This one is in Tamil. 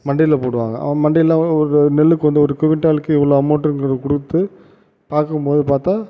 மண்டியில் போடுவாங்க அவன் மண்டியில் ஒரு நெல்லுக்கு வந்து ஒரு குவிண்டாலுக்கு இவ்வளோ அமௌன்ட்டுங்கிறது கொடுத்து பார்க்கும் போது பார்த்தா